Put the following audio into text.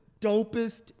dopest